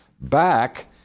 back